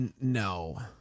No